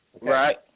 Right